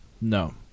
No